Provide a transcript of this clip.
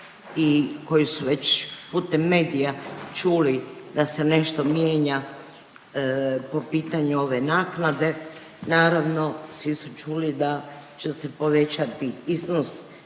i koji su već putem medija čuli da se nešto mijenja po pitanju ove naknade. Naravno, svi su čuli da će se povećati iznos